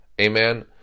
Amen